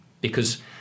Because-